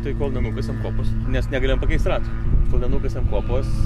tai kol nenukasėm kopos nes negalėjom pakeist rato kol nenukasėm kopos